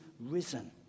risen